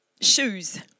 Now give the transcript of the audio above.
shoes